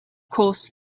course